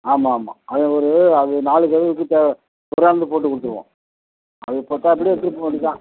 ஆமாம் ஆமாம் அதில் ஒரு அது நாலு கதவுக்கு தேவை போட்டுக் கொடுத்துருவோம் அதுக்கு பொறுத்தாப்ல எடுத்துகிட்டு போக வேண்டியதான்